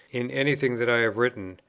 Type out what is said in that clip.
in anything that i have written,